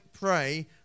pray